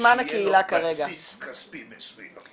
שיהיה לו בסיס כספי מסוים.